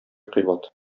кыйбат